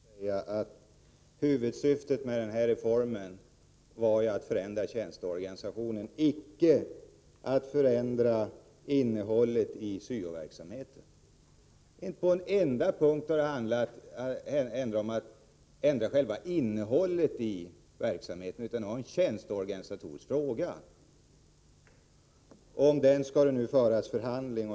Fru talman! Låt mig till Larz Johansson säga att huvudsyftet med reformen var att förändra tjänsteorganisationen, icke att förändra innehållet i syoverksamheten. Inte på en enda punkt har det handlat om att ändra själva innehållet i verksamheten, utan detta var en tjänsteorganisatorisk fråga. Om den skall det nu föras förhandlingar.